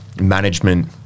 management